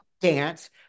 dance